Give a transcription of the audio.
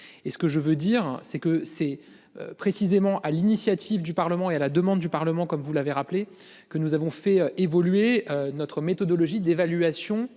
Et ce que je veux dire c'est que c'est. Précisément à l'initiative du Parlement et à la demande du Parlement, comme vous l'avez rappelé que nous avons fait évoluer notre méthodologie d'évaluation